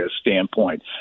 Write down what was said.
standpoint